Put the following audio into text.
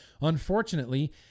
Unfortunately